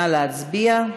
נא להצביע.